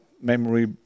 memory